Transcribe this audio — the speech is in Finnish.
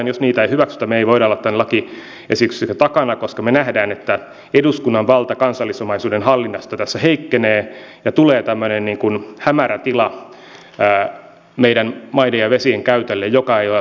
jos niitä ei hyväksytä me emme voi olla tämän lakiesityksen takana koska me näemme että eduskunnan valta kansallisomaisuuden hallinnassa tässä heikkenee ja tulee tämmöinen hämärä tila meidän maiden ja vesien käytölle mikä ei ole suomalaisten yleisten etujen mukaista